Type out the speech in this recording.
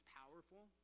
powerful